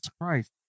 Christ